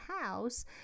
house